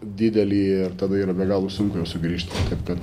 didelį ir tada yra be galo sunku jau sugrįžti taip kad